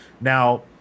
Now